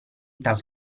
tal